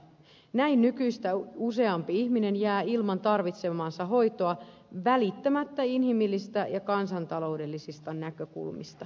näin nykyistä useampi ihminen jää ilman tarvitsemaansa hoitoa huolimatta inhimillisistä ja kansantaloudellisista näkökulmista